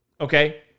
okay